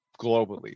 globally